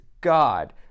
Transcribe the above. God